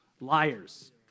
Liars